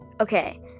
okay